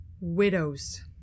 Widows